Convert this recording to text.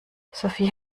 sophie